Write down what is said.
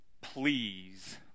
Please